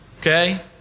okay